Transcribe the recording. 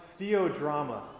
theodrama